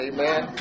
Amen